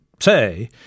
say